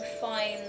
find